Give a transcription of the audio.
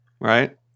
Right